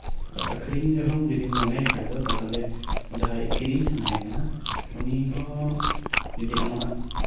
ᱟᱨ ᱟᱠᱷᱚᱨᱤᱧ ᱨᱮᱦᱚᱢ ᱡᱚᱫᱤᱢ ᱢᱚᱱᱮ ᱠᱷᱟᱱ ᱫᱚ ᱡᱟᱦᱟᱸᱭ ᱠᱤᱨᱤᱧ ᱥᱟᱱᱟᱭᱮ ᱠᱟᱱᱟ ᱩᱱᱤ ᱦᱚᱸ ᱡᱚᱫᱤ ᱟᱢᱟᱜ